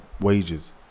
wages